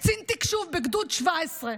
קצין תקשוב בגדוד 17,